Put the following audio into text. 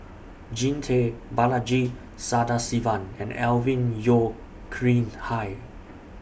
Jean Tay Balaji Sadasivan and Alvin Yeo Khirn Hai